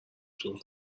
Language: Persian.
توی